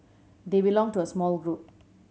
they belong to a small group